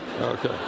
Okay